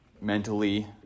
mentally